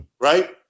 Right